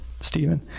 Stephen